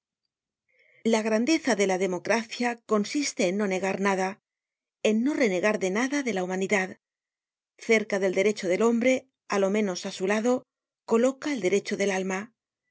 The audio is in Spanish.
la grandeza de la democracia consiste en no negar nada en no renegar de riada de la humanidad cerca del derecho del hombre á lo menos á su lado coloca el derecho del alma